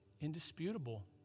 Indisputable